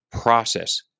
process